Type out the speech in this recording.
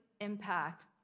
impact